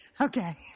Okay